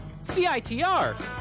CITR